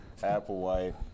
Applewhite